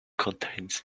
contains